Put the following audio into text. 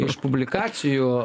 iš publikacijų